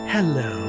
Hello